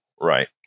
right